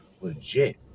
legit